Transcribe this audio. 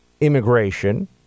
immigration